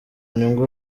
nyungu